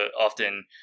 often